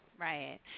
Right